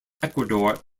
ecuador